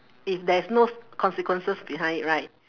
if there is no consequences behind it right